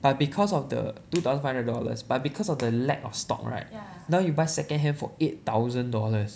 but because of the two thousand five hundred dollars but because of the lack of stock right now you buy second hand for eight thousand dollars